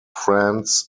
france